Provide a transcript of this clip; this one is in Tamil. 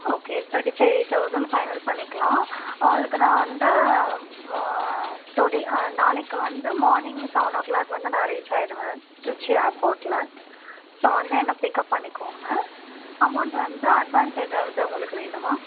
okay thirty five thousand final பண்ணிக்கலாம் உங்களுக்கு நான் வந்து டூ டே நாளைக்கு வந்து மார்னிங் செவன் ஓ கிளாக் வந்து நான் ரீச் ஆகிடுவேன் திருச்சி ஏர்போர்ட்டில் ஸோ வந்து என்ன பிக்அப் பண்ணிக்கோங்க அமௌண்ட் வந்து அட்வான்ஸ் ஏதாவது உங்களுக்கு வேணுமா